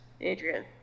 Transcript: Adrian